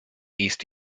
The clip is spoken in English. east